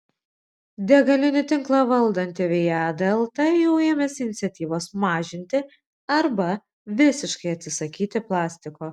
degalinių tinklą valdanti viada lt jau ėmėsi iniciatyvos mažinti arba visiškai atsisakyti plastiko